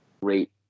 great